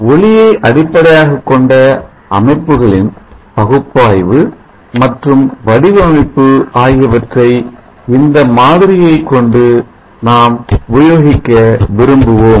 ஒளியைஅடிப்படையாகக் கொண்ட அமைப்புகளின் பகுப்பாய்வு மற்றும் வடிவமைப்பு ஆகியவற்றை இந்த மாதிரியை கொண்டு பின்னர் நாம் உபயோகிக்க விரும்புவோம்